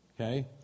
Okay